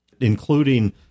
including